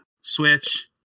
Switch